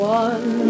one